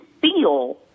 feel